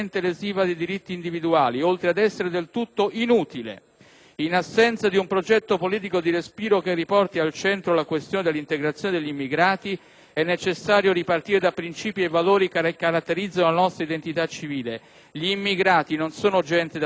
In assenza di un progetto politico di respiro che riporti al centro la questione dell'integrazione degli immigrati è necessario ripartire da principi e valori che caratterizzano la nostra identità civile. Gli immigrati non sono gente da tenere a bada, ma persone con diritti che vanno riconosciuti e garantiti